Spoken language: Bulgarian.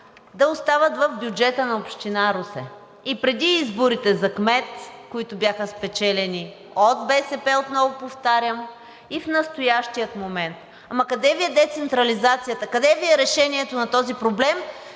да остават в бюджета на Община Русе. И преди изборите за кмет, които бяха спечелени от БСП, отново повтарям, и в настоящия момент. Ама къде Ви е децентрализацията? Къде Ви е решението на този проблем,